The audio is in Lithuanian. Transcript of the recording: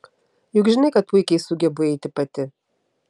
juk žinai kad puikiai sugebu eiti pati